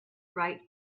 write